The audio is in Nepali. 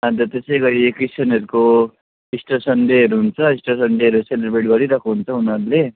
अनि त त्यस्तै गरी क्रिस्चियनहरूको इस्टर सन्डेहरू हुन्छ इस्टर सन्डेहरू सेलिब्रेट गरिरहेको हुन्छ उनीहरूले